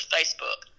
Facebook